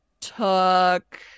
took